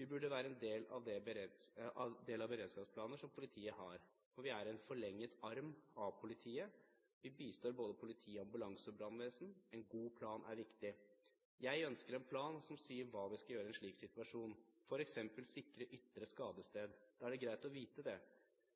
Vi burde være en del av beredskapsplaner som politiet har. Vi er en forlenget arm av politiet. Vi bistår både politi, ambulanse og brannvesen. En god plan er viktig. Jeg ønsker en plan som sier hva vi skal gjøre i en slik situasjon. For eksempel sikre ytre skadested. Da er det greit å vite det.